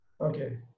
Okay